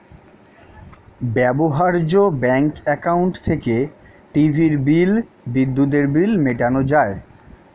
ব্যবহার্য bank account থেকে টিভির বিল, বিদ্যুতের বিল মেটানো যায়